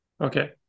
okay